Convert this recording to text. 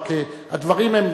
רק הדברים הם,